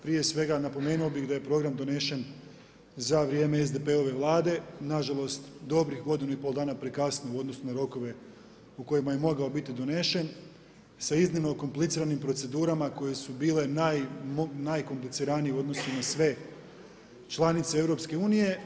Prije svega napomenuo bih da je program donesen za vrijeme SDP-ove vlade, nažalost dobrih godinu i pol dana prekasno u odnosu na rokove u kojima je mogao biti donesen sa iznimno kompliciranim procedurama koje su bile najkompliciranije u odnosu na sve članice EU.